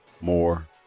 more